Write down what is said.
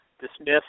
dismissed